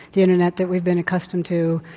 the internet that we've been accustomed to.